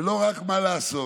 וסוגרים אותו לחלוטין.